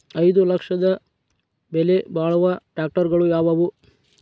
ಐದು ಲಕ್ಷದ ಬೆಲೆ ಬಾಳುವ ಟ್ರ್ಯಾಕ್ಟರಗಳು ಯಾವವು?